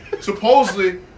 supposedly